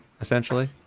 essentially